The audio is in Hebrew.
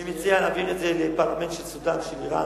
אני מציע להעביר את זה לפרלמנט של סודן או של אירן,